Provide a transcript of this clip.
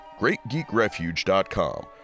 greatgeekrefuge.com